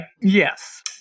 Yes